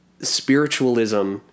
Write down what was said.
spiritualism